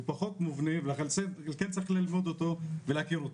הוא פחות מובנה ולכן כן צריך ללמוד אותו ולהכיר אותו.